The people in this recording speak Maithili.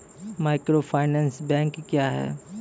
माइक्रोफाइनेंस बैंक क्या हैं?